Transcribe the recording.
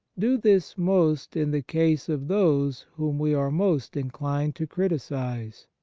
do this most in the case of those whom we are most inclined to criticize.